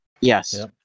yes